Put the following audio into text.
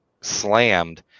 slammed